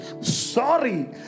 sorry